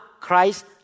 Christ